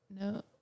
No